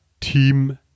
team